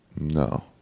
no